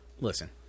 Listen